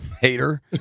Hater